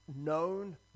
known